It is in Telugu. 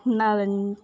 ఉండాలని